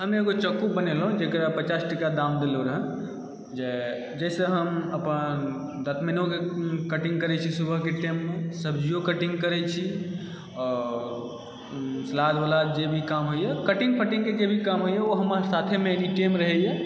हम एगो चक्कू बनेलहुँ जकरा पचास टका दाम देलहुँ रहा जे जाहिसँ हम अपन दतमनिओके कटिङ्ग करै छी सुबहके टाइममे सब्जियो कटिङ्ग करै छी और सलाद वलाद जे भी काम होइया कटिङ्ग फटिङ्गके जे भी काम होइया ओ हमर साथमे एनीटाइम रहैया